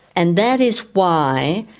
and that is why